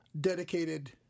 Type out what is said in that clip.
dedicated